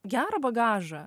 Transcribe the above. gerą bagažą